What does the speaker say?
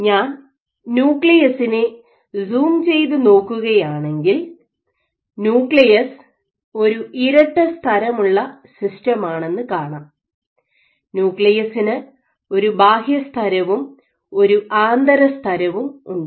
ഞാൻ ന്യൂക്ലിയസിനെ സൂം ചെയ്തു നോക്കുകയാണെങ്കിൽ ന്യൂക്ലിയസ് ഒരു ഇരട്ട സ്തരം ഉള്ള സിസ്റ്റമാണെന്ന് കാണാം ന്യൂക്ലിയസിന് ഒരു ബാഹ്യസ്തരവും ഒരു ആന്തരസ്തരവും ഉണ്ട്